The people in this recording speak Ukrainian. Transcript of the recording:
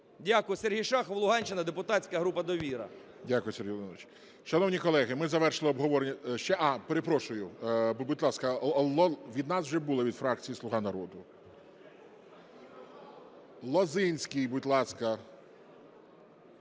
Дякую. Сергій Шахов, Луганщина, депутатська група "Довіра". ГОЛОВУЮЧИЙ. Дякую, Сергій Володимирович. Шановні колеги, ми завершили обговорення… Ще? А, перепрошую, будь ласка… Від нас вже були, від фракції "Слуга народу". Лозинський, будь ласка,